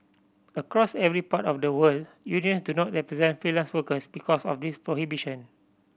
across every part of the world unions do not represent freelance workers because of this prohibition